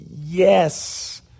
yes